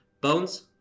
Bones